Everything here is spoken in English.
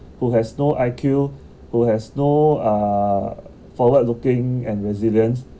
who has no I_Q who has no uh forward looking and resilience